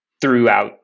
throughout